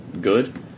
good